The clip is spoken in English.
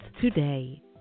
today